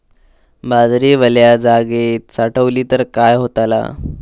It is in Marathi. बाजरी वल्या जागेत साठवली तर काय होताला?